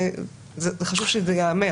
חשוב שזה ייאמר.